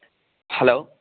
hello